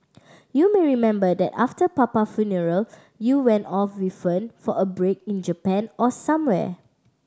you may remember that after papa funeral you went off with Fern for a break in Japan or somewhere